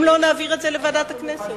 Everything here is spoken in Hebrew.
אם לא, נעביר את זה לוועדת הכנסת.